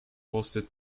hosted